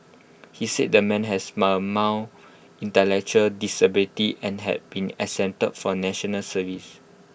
he said the man has mild intellectual disability and had been exempted from National Service